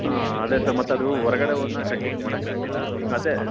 ಹಾಂ ಅದೇ ಸರ್ ಮತ್ತದು ಹೊರಗಡೆ ಹೋದ್ನಾ ಕಂಟಿನ್ಯೂ ಮಾಡಕ್ಕಾಗ್ಲಿಲ್ಲ ಈಗದೇ